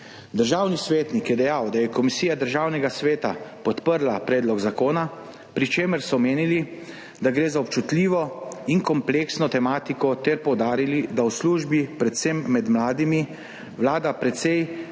Državni svetnik je dejal, da je Komisija Državnega sveta podprla predlog zakona, pri čemer so menili, da gre za občutljivo in kompleksno tematiko ter poudarili, da v službi, predvsem med mladimi, vlada precej